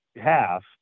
half